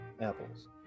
apples